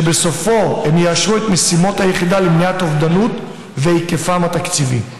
ובסופו הם יאשרו את משימות היחידה למניעת אובדנות ואת היקפן התקציבי.